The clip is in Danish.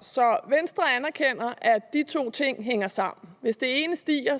Så Venstre anerkender, at de to ting hænger sammen, altså at hvis det ene stiger,